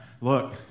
Look